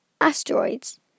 Asteroids